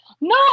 No